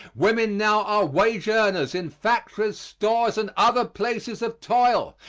women now are wage earners in factories, stores and other places of toil.